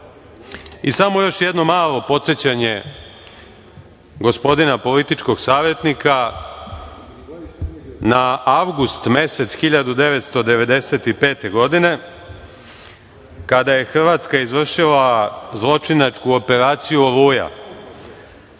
još jedno malo podsećanje gospodina političkog savetnika na avgust mesec 1995. godine, kada je Hrvatska izvršila zločinačku operaciju „Oluja“.